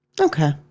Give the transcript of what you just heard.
Okay